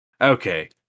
Okay